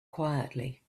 quietly